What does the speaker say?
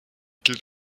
gilt